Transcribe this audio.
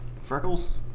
Freckles